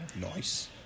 Nice